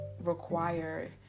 require